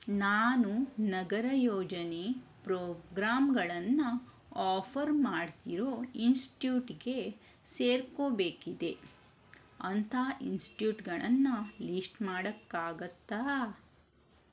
ನಾನು ನಗರ ಯೋಜನೆ ಪ್ರೋಗ್ರಾಮ್ಗಳನ್ನು ಆಫರ್ ಮಾಡ್ತಿರೋ ಇನ್ಸ್ಟಿಟ್ಯೂಟ್ಗೆ ಸೇರ್ಕೋಬೇಕಿದೆ ಅಂಥ ಇನ್ಸ್ಟಿಟ್ಯೂಟ್ಗಳನ್ನು ಲೀಸ್ಟ್ ಮಾಡೋಕ್ಕಾಗತ್ತಾ